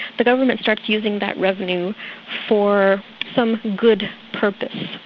the government starts using that revenue for some good purpose.